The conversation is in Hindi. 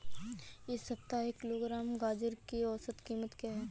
इस सप्ताह एक किलोग्राम गाजर की औसत कीमत क्या है?